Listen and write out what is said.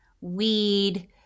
weed